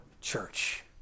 church